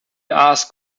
asked